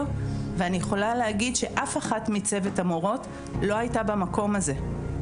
ואני יכולה להגיד שאף אחת מצוות המורות לא היתה במקום הזה.